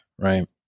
right